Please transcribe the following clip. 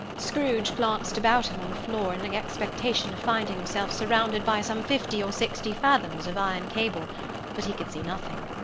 scrooge glanced about him on the floor, in the expectation of finding himself surrounded by some fifty or sixty fathoms of iron cable but he could see nothing.